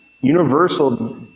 universal